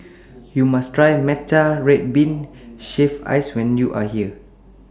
YOU must Try Matcha Red Bean Shaved Ice when YOU Are here